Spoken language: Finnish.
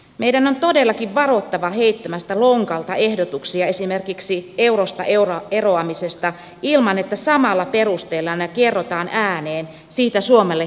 meidän on todellakin varottava heittämästä lonkalta ehdotuksia esimerkiksi eurosta eura eroamisesta ilman että samalla perusteella ne kiedotaan ääneen sitä suomelle